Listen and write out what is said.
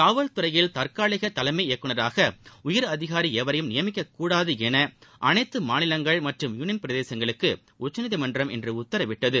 காவல்துறையில் தற்காலிக தலைமை இயக்குநராக உயர் அதிகாரி எவரையும் நியமிக்கக்கூடாது என அனைத்து மாநிலங்கள் மற்றும் யூனியன் பிரதேசங்களுக்கு உச்சநீதிமன்றம் இன்று உத்தரவிட்டது